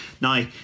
Now